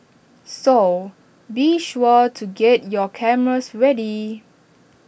so be sure to get your cameras ready